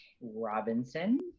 Robinson